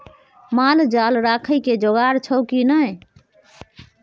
माल जाल राखय के जोगाड़ छौ की नै